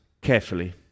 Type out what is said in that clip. carefully